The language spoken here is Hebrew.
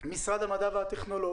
זה גם משרד המדע והטכנולוגיה,